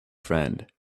friend